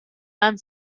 and